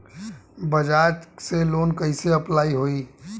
बज़ाज़ से लोन कइसे अप्लाई होई?